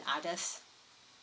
others